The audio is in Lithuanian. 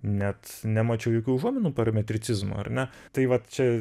net nemačiau jokių užuominų parametricizmo ar ne tai vat čia